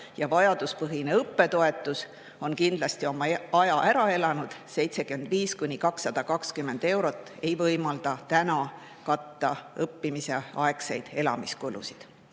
Vajaduspõhine õppetoetus on kindlasti oma aja ära elanud: 75–220 eurot ei võimalda katta õppimisaegseid elamiskulusid.